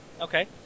okay